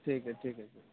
ٹھیک ہے ٹھیک ہے سر